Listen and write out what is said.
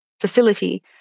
facility